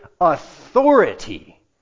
authority